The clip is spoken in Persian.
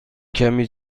کمی